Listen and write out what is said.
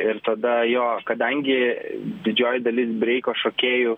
ir tada jo kadangi didžioji dalis breiko šokėjų